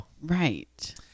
right